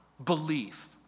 Belief